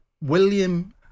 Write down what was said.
William